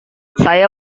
saya